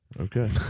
Okay